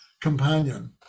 companion